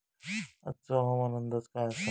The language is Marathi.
आजचो हवामान अंदाज काय आसा?